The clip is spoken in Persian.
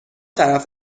طرف